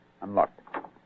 Unlocked